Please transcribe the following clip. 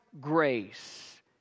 grace